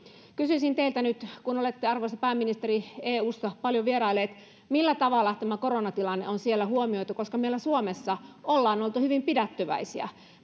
kysyisin teiltä nyt kun olette arvoisa pääministeri eussa paljon vieraillut millä tavalla tämä koronatilanne on siellä huomioitu koska meillä suomessa ollaan oltu hyvin pidättyväisiä